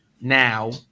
now